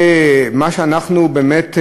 ומה שאנחנו באמת,